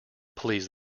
please